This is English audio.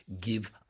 give